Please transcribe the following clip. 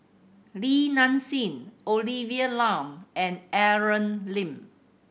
Li Nanxing Olivia Lum and Aaron Lee